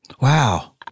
Wow